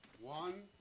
One